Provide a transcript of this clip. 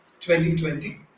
2020